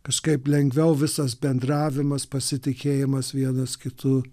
kažkaip lengviau visas bendravimas pasitikėjimas vienas kitu